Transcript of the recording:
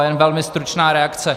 Jenom velmi stručná reakce.